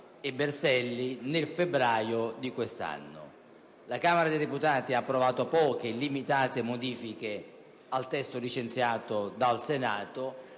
componenti, nel febbraio di quest'anno. La Camera dei deputati ha approvato poche e limitate modifiche al testo licenziato dal Senato